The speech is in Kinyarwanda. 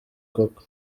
koko